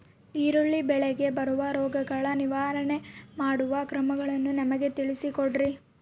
ಈರುಳ್ಳಿ ಬೆಳೆಗೆ ಬರುವ ರೋಗಗಳ ನಿರ್ವಹಣೆ ಮಾಡುವ ಕ್ರಮಗಳನ್ನು ನಮಗೆ ತಿಳಿಸಿ ಕೊಡ್ರಿ?